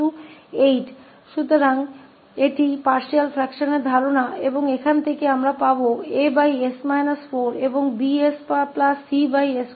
तो 𝐴 1 𝐵 2 और 𝐶 8 और इस आंशिक अंश का विचार था कि हमे मिला Aयहाँ हमारे पास है𝐵𝑠𝐶s24